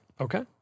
Okay